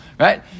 Right